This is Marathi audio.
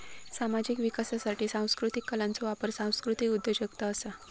सामाजिक विकासासाठी सांस्कृतीक कलांचो वापर सांस्कृतीक उद्योजगता असा